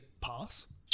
pass